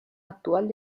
actual